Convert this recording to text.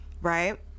right